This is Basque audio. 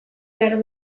behar